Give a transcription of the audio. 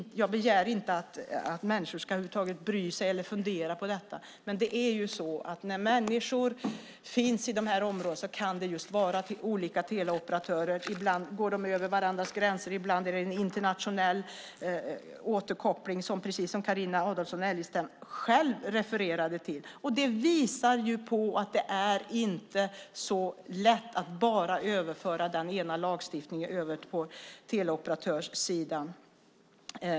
Jag begär inte att människor över huvud taget ska bry sig eller fundera på detta. Men det kan vara olika teleoperatörer i dessa områden. Ibland går de över varandras gränser, och ibland är det en internationell återkoppling - precis som Carina Adolfsson Elgestam själv refererade till. Det visar på att det inte är så lätt att bara överföra lagstiftningen till teleoperatörssidan.